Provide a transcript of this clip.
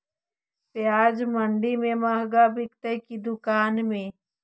प्याज मंडि में मँहगा बिकते कि दुकान में?